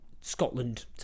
Scotland